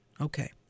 Okay